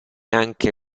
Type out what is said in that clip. anche